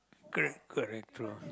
correct correct true